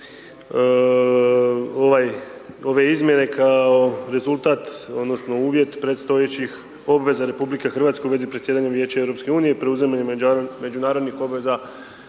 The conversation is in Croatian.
ove izmjene kao rezultat odnosno uvjet predstojećih obveza RH u vezi predsjedanja Vijeća EU, preuzimanjem međunarodnih obveza